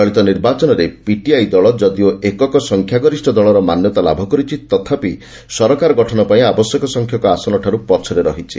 ଚଳିତ ନିର୍ବାଚନରେ ପିଟିଆଇ ଦଳ ଯଦିଓ ଏକକ ସଂଖ୍ୟାଗରିଷ୍ଠ ଦଳର ମାନ୍ୟତା ଲାଭ କରିଛି ତଥାପି ସରକାର ଗଠନପାଇଁ ଆବଶ୍ୟକ ସଂଖ୍ୟକ ଆସନଠାରୁ ପଛରେ ରହିଛି